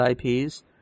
IPs